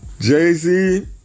Jay-Z